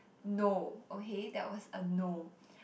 no okay that was a no